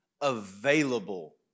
available